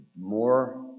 more